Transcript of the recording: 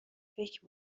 فکر